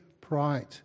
pride